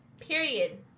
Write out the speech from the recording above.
Period